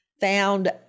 found